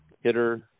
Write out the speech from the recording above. hitter